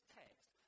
text